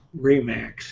Remax